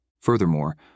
Furthermore